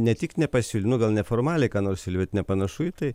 ne tik nepasiūlė nu gal neformaliai ką nors siūlė bet nepanašu į tai